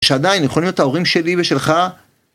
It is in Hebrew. שעדיין יכולים להיות ההורים שלי ושלך